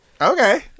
Okay